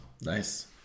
nice